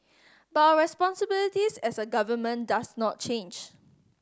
but our responsibilities as a government does not change